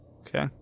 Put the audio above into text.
okay